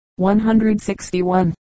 161